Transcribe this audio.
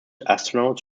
astronauts